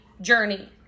journey